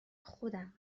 خودم